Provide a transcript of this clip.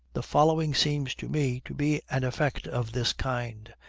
the following seems to me to be an effect of this kind,